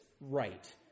right